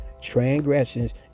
transgressions